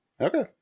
Okay